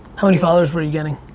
how many followers were you getting?